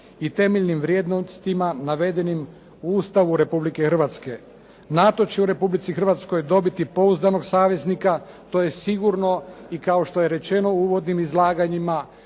i temeljnim vrijednostima navedenim u Ustavu Republike Hrvatske. NATO će u Republici Hrvatsko dobiti pouzdanog saveznika, to je sigurno i kao što je rečeno u uvodnim izlaganjima,